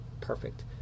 perfect